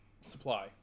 supply